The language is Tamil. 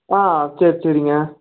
ஆ சரி சரிங்க